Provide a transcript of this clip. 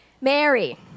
Mary